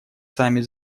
сами